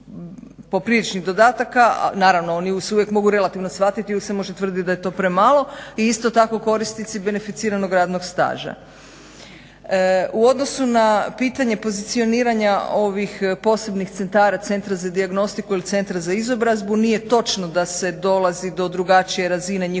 popriličnih dodataka, naravno oni se uvijek mogu relativno shvatiti uvijek se tvrditi da je to premalo. I isto tako korisnici beneficiranog radnog staža. U odnosu na pitanje pozicioniranja ovih posebnih centara, centra za dijagnostiku ili centra za izobrazbu nije točno da se dolazi do drugačije razine njihovog